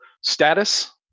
status